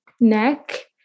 neck